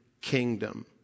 kingdom